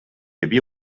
havia